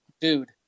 Dude